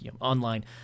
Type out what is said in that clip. online